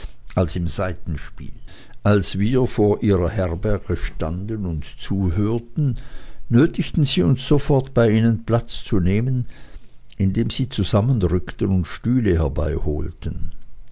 als im saitenspiel als wir vor ihrer herberge standen und zuhörten nötigten sie uns sofort bei ihnen platz zu nehmen indem sie zusammenrückten und stühle